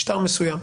משטר מסוים,